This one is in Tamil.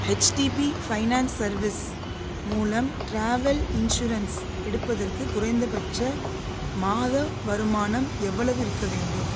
ஹெச்டிபி ஃபைனான்ஸ் சர்வீஸ் மூலம் டிராவல் இன்ஷுரன்ஸ் எடுப்பதற்கு குறைந்தபட்ச மாத வருமானம் எவ்வளவு இருக்க வேண்டும்